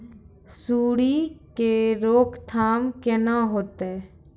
सुंडी के रोकथाम केना होतै?